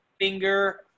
finger